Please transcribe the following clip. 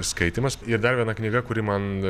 skaitymas ir dar viena knyga kuri man